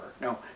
No